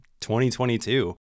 2022